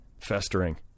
Festering